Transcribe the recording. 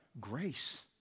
Grace